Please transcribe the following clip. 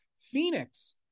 Phoenix